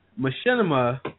Machinima